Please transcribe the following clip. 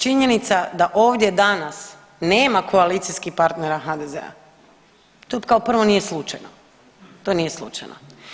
Činjenica da ovdje danas nema koalicijskih partnera HDZ-a, to kao prvo nije slučajno, to nije slučajno.